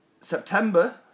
September